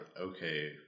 Okay